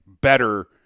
better